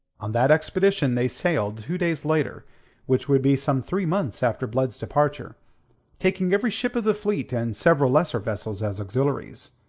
on that expedition they sailed two days later which would be some three months after blood's departure taking every ship of the fleet, and several lesser vessels as auxiliaries.